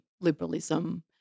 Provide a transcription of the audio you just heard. liberalism